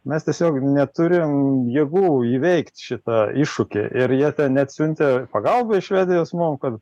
mes tiesiog neturim jėgų įveikt šitą iššūkį ir jie net siuntė pagalbą iš švedijos mum kad